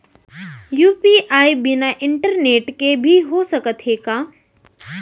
UPI बिना internet के भी हो सकत हे का?